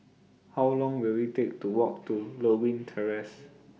How Long Will IT Take to Walk to Lewin Terrace